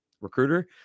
recruiter